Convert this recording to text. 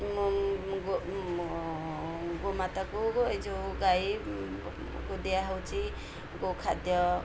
ଗୋମାତାକୁ ଏଇ ଯେଉଁ ଗାଈ ଦିଆହେଉଛିି ଗୋଖାଦ୍ୟ